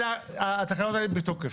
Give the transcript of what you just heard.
התקנות האלה בתוקף.